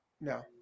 no